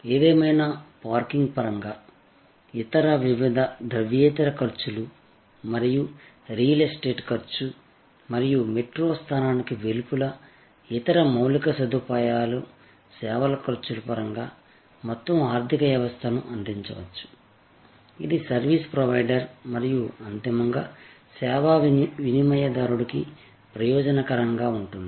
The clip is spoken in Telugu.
ఏదేమైనా పార్కింగ్ పరంగా ఇతర వివిధ ద్రవ్యేతర ఖర్చులు మరియు రియల్ ఎస్టేట్ ఖర్చు మరియు మెట్రో స్థానానికి వెలుపల ఇతర మౌలిక సదుపాయాల సేవల ఖర్చుల పరంగా మొత్తం ఆర్థిక వ్యవస్థను అందించవచ్చు ఇది సర్వీస్ ప్రొవైడర్ మరియు అంతిమంగా సేవా వినిమయదారుడికి ప్రయోజనకరంగా ఉంటుంది